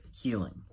healing